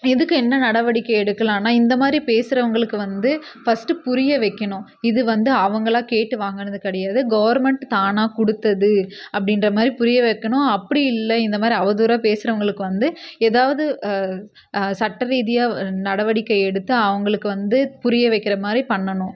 இதுக்கு என்ன நடவடிக்கை எடுக்கலாம்ன்னா இந்த மாதிரி பேசுகிறவங்களுக்கு வந்து ஃபர்ஸ்ட்டு புரிய வைக்கணும் இது வந்து அவங்களா கேட்டு வாங்கினது கிடையாது கவர்மெண்ட் தானாக கொடுத்தது அப்படின்ற மாதிரி புரிய வைக்கணும் அப்படி இல்லை இந்த மாதிரி அவதூறாக பேசுகிறவங்களுக்கு வந்து ஏதாவது சட்ட ரீதியாக நடவடிக்கை எடுத்து அவங்களுக்கு வந்து புரிய வைக்கிற மாதிரி பண்ணணும்